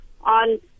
on